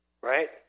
right